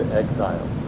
exile